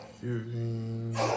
Giving